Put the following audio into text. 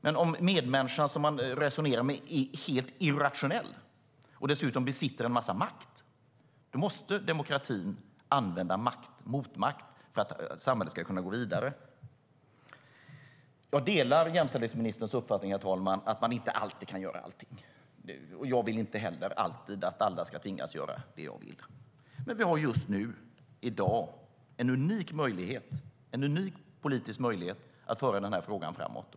Men om den medmänniska som man resonerar med är helt irrationell och dessutom besitter en massa makt måste demokratin använda makt, motmakt, för att samhället ska kunna gå vidare. Jag delar jämställdhetsministerns uppfattning, herr talman, att man inte alltid kan göra allting. Jag vill inte heller alltid att alla ska tvingas göra det jag vill. Men vi har just nu i dag en unik möjlighet, en unik politisk möjlighet, att föra den här frågan framåt.